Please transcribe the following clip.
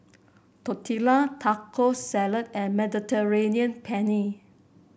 Tortillas Taco Salad and Mediterranean Penne